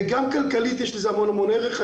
גם כלכלית יש לזה המון המון ערך.